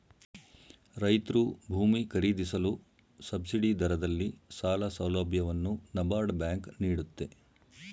ರೈತ್ರು ಭೂಮಿ ಖರೀದಿಸಲು ಸಬ್ಸಿಡಿ ದರದಲ್ಲಿ ಸಾಲ ಸೌಲಭ್ಯವನ್ನು ನಬಾರ್ಡ್ ಬ್ಯಾಂಕ್ ನೀಡುತ್ತೆ